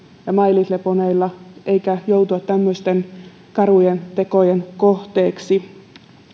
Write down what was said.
ja my little ponyilla eikä joutua tämmöisten karujen tekojen kohteeksi